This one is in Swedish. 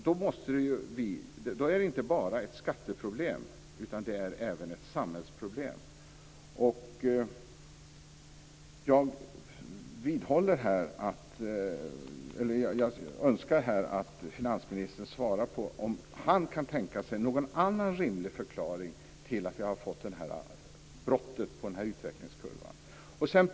Då är det inte bara ett skatteproblem utan även ett samhällsproblem. Jag önskar att finansministern svarar på om han kan tänka sig någon annan rimlig förklaring till att vi har fått ett brott på utvecklingskurvan.